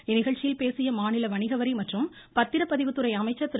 இந்நிகழ்ச்சியில் பேசிய மாநில வணிக வரி மற்றும் பத்திரப்பதிவுத்துறை அமைச்சர் திரு